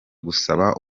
gusaba